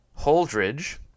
Holdridge